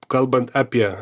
kalbant apie